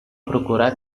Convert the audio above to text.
procurar